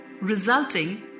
resulting